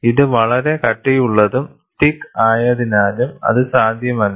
ഇത് വളരെ കട്ടിയുള്ളതും തിക്ക് ആയതിനാലും അത് സാധ്യമല്ല